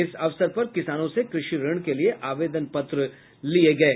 इस अवसर पर किसानों से कृषि ऋण के लिये आवेदन पत्र लिये गये